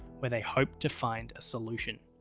where they hoped to find a solution.